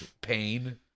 Pain